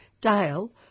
Dale